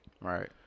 Right